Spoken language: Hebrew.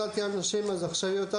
אמרתי שאם הצלתי אנשים אז עכשיו יהיה יותר